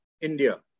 India